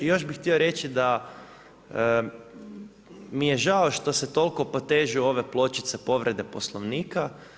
I još bih htio reći da mi je žao što se toliko potežu ove pločice povrede Poslovnika.